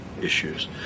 issues